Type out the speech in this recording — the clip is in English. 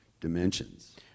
dimensions